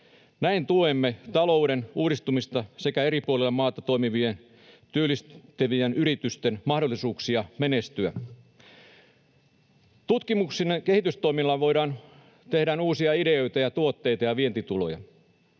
Näin tuemme talouden uudistumista sekä eri puolilla maata toimivien työllistävien yritysten mahdollisuuksia menestyä. Tutkimus- ja kehitystoimilla tehdään uusia ideoita ja tuotteita ja vientituloja.